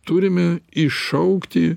turime iššaukti